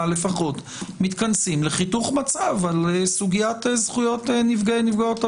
לפחות מתכנסים לחיתוך מצב של סוגיית זכויות נפגעי ונפגעות עבירה.